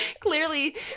Clearly